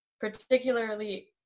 particularly